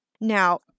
Now